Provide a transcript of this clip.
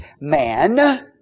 man